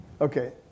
Okay